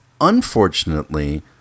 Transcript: unfortunately